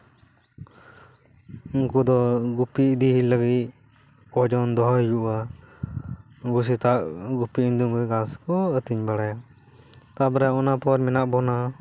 ᱩᱱᱠᱩ ᱫᱚ ᱜᱩᱯᱤ ᱤᱫᱤᱭᱮ ᱞᱟᱹᱜᱤᱫ ᱠᱚᱼᱡᱚᱱ ᱫᱚᱦᱚ ᱦᱩᱭᱩᱜᱼᱟ ᱩᱱᱠᱩ ᱥᱮᱛᱟᱜ ᱜᱩᱯᱤ ᱤᱫᱤ ᱜᱷᱟᱸᱥ ᱠᱚ ᱟ ᱛᱤᱧ ᱵᱟᱲᱟᱭᱟ ᱛᱟᱯᱚᱨᱮ ᱚᱱᱟ ᱯᱚᱨ ᱢᱮᱱᱟᱜ ᱵᱚᱱᱟ